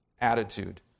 attitude